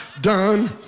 done